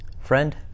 Friend